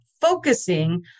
focusing